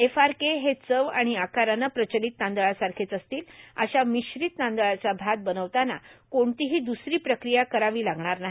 FRK हे चव आर्गाण आकारानं प्रर्चालत तांदळासारखेच असतील अशा भमश्रित तांदळाचा भात बर्नावताना कोणतीहां द्सरां प्रक्रिया करावी लागणार नाही